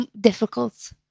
difficult